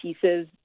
pieces